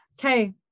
Okay